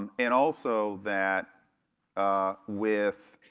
and and also that with